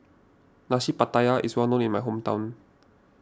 Nasi Pattaya is well known in my hometown